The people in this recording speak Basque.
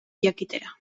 jakitera